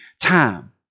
time